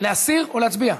להסיר או להצביע?